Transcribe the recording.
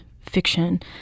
fiction